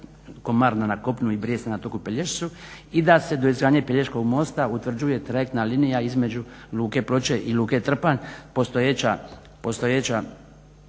Komarna na kopnu i Brijesta na otoku Pelješcu i da se do izgradnje Pelješkog mosta utvrđuje trajektna linija između Luke Ploče i Luke Trpanj, postojeća